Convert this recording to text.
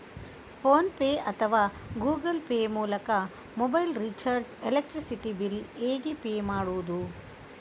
Phone pay ಅಥವಾ Google Pay ಮೂಲಕ mobile recharge, electricity bill ಹೇಗೆ ಪೇ ಮಾಡುವುದು?